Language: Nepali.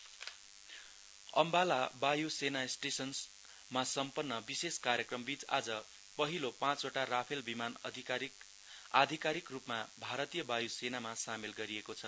रफेल अम्बाला वायु सेना स्टेशनमा सम्पन्न विशेष कार्यक्रमबीच आज पहिलो पाँचवटा राफेल विमान आधिकारिक रूपमा भारतीय वायु सेनामा सामेल गरिएको छ